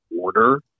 order